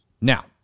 Now